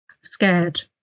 scared